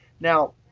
now,